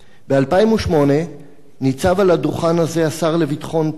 ב-2008 ניצב על הדוכן הזה השר לביטחון פנים,